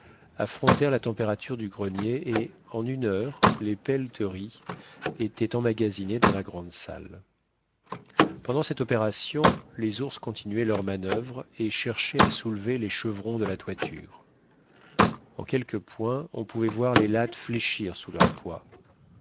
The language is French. affrontèrent la température du grenier et en une heure les pelleteries étaient emmagasinées dans la grande salle pendant cette opération les ours continuaient leurs manoeuvres et cherchaient à soulever les chevrons de la toiture en quelques points on pouvait voir les lattes fléchir sous leur poids